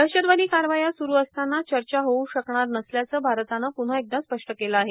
दहशतवादी कारवाया सुरू असताना चर्चा होऊ शकणार नसल्याचं भारतानं पुन्हा एकदा स्पष्ट केलं आहे